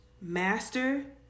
master